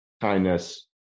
kindness